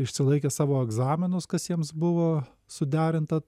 išsilaikė savo egzaminus kas jiems buvo suderinta